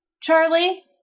Charlie